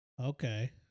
Okay